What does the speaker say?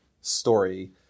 story